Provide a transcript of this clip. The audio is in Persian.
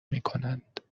میکنند